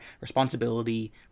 responsibility